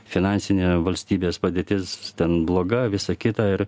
finansinė valstybės padėtis ten bloga visa kita ir